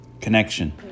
Connection